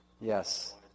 Yes